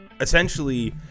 essentially